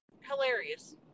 Hilarious